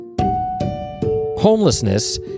Homelessness